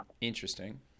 Interesting